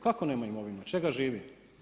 Kako nema imovinu, od čega živi?